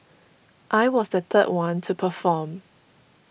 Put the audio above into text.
I was the third one to perform